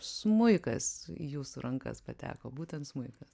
smuikas į jūsų rankas pateko būtent smuikas